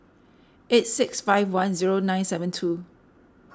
eight six five one zero nine seven two